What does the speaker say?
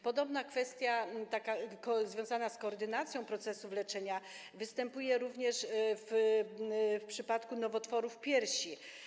Podobna kwestia, związana z koordynacją procesów leczenia, występuje również w przypadku nowotworów piersi.